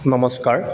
নমস্কাৰ